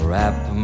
Wrap